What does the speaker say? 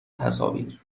تصاویر